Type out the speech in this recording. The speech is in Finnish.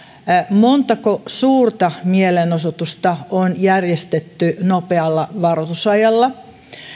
montako suurta mielenosoitusta on järjestetty nopealla varoitusajalla